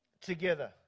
together